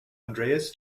andreas